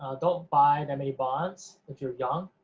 don't buy that many bonds if you're young.